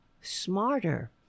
smarter